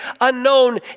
unknown